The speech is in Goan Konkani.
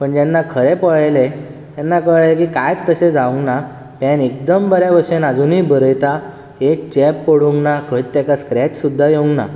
तेन्ना खरें पळयलें तेन्ना कळ्ळें की कांयच तशें जावंक ना पॅन एकदम बऱ्या भशेन आजूनय बरयता एक चेप पडूंक ना खंयत स्क्रेच सुद्धा येवंक ना